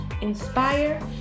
inspire